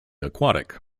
aquatic